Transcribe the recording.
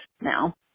now